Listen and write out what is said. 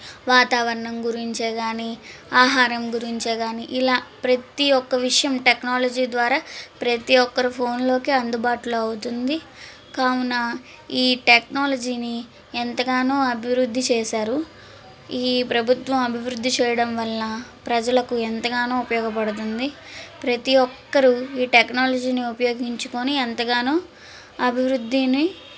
వాతావరణం గురించే కానీ ఆహారం గురించే గాని ఇలా ప్రతి ఒక్క విషయం టెక్నాలజీ ద్వారా ప్రతి ఒక్కరు ఫోన్లోకి అందుబాటులో అవుతుంది కావున ఈ టెక్నాలజీని ఎంతగానో అభివృద్ధి చేశారు ఈ ప్రభుత్వం అభివృద్ధి చేయడం వలన ప్రజలకు ఎంతగానో ఉపయోగపడుతుంది ప్రతి ఒక్కరూ ఈ టెక్నాలజీని ఉపయోగించుకొని ఎంతగానో అభివృద్ధిని